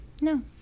No